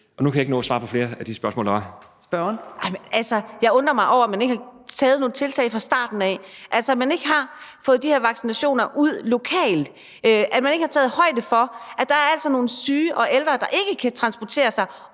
Torp): Spørgeren. Kl. 15:57 Karina Adsbøl (DF): Jamen jeg undrer mig over, at man ikke har taget nogle tiltag fra starten af, altså at man ikke har fået de her vaccinationer ud lokalt, at man ikke har taget højde for, at der altså er nogle syge og ældre, der ikke kan transportere sig